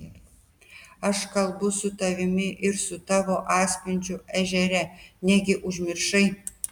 aš kalbu su tavimi ir su tavo atspindžiu ežere negi užmiršai